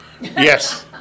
Yes